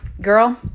girl